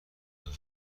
دارد